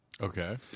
Okay